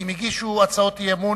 אם הגישו הצעות אי-אמון,